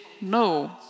No